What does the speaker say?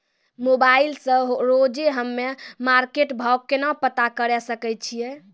Mobile से रोजे हम्मे मार्केट भाव केना पता करे सकय छियै?